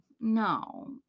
No